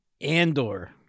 Andor